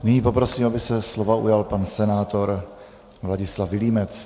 Nyní poprosím, aby se slova ujal pan senátor Vladislav Vilímec.